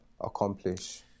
accomplish